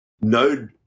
node